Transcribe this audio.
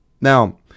Now